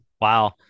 Wow